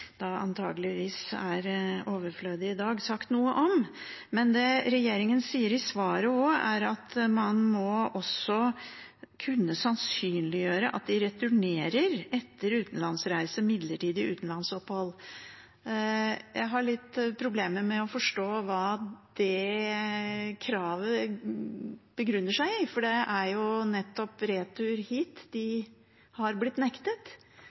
er overflødig i dag – sagt noe om. Men det regjeringen også sier i svaret, er at man må kunne sannsynliggjøre at de returnerer etter utenlandsreise, midlertidig utenlandsopphold. Jeg har litt problemer med å forstå hva det kravet grunner seg på, for det er nettopp retur hit de har blitt nektet.